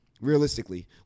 Realistically